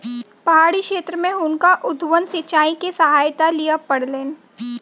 पहाड़ी क्षेत्र में हुनका उद्वहन सिचाई के सहायता लिअ पड़लैन